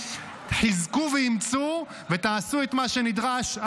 חיזקו ואימצו ותעשו את מה שנדרש,